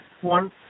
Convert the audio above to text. One